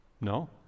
No